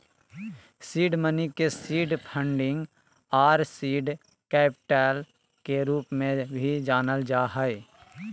seed money के seed funding आर seed capital के रूप में भी जानल जा हइ